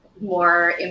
more